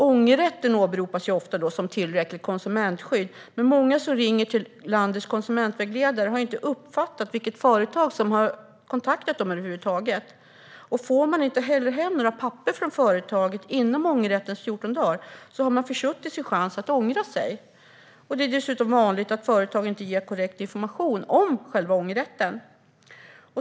Ångerrätten åberopas då ofta som tillräckligt konsumentskydd. Men många som ringer till landets konsumentvägledare har inte uppfattat vilket företag som har kontaktat dem över huvud taget. Och får man inte heller hem några papper från företaget inom ångerrättens 14 dagar har man försuttit sin chans att ångra sig. Det är dessutom vanligt att företag inte ger korrekt information om själva ångerrätten.